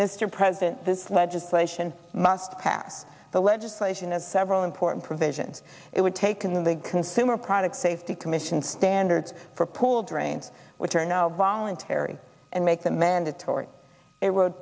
mr president this legislation must pass the legislation as several important provisions it would take and the big consumer product safety commission standards for pool drains which are now voluntary and make them mandatory it w